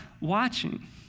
watching